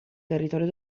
territorio